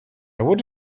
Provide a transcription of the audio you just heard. would